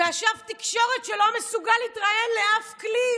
ואשף תקשורת שלא מסוגל להתראיין לאף כלי,